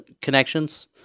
connections